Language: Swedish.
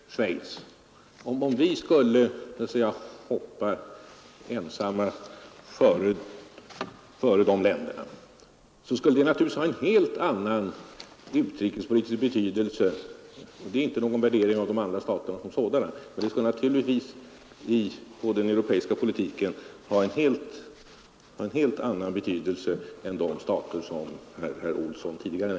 Herr talman! Ja, t.ex. Österrike och Schweiz! Om vi skulle erkänna Tyska demokratiska republiken före dessa bägge länder, skulle det naturligtvis ha en helt annan utrikespolitisk betydelse än erkännandena från de stater som herr Olsson åberopat. Detta är inte någon värdering av dessa andra stater. Det är bara fråga om ofrånkomliga fakta i den europeiska politiken.